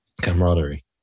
camaraderie